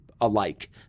alike